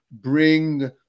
bring